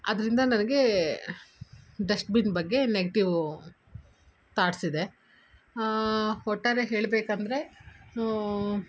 ಅದರಿಂದ ನನಗೇ ಡಸ್ಟ್ಬಿನ್ ಬಗ್ಗೆ ನೆಗ್ಟಿವ್ ತಾಟ್ಸ್ ಇದೆ ಒಟ್ಟಾರೆ ಹೇಳಬೇಕಂದ್ರೆ